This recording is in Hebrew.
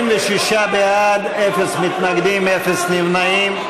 86 בעד, אפס מתנגדים, אפס נמנעים.